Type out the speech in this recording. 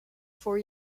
four